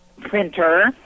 printer